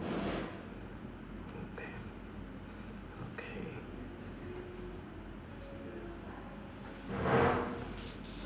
okay okay